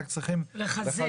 רק צריך לחזק.